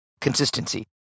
consistency